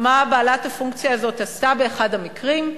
מה בעלת הפונקציה הזו עשתה באחד המקרים.